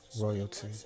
Royalty